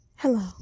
Hello